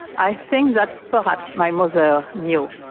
i think that perhaps my mother knew,